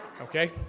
Okay